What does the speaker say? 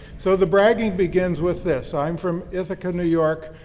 so the bragging begins with this. i'm from ithaca, new york.